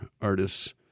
artists –